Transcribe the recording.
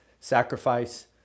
sacrifice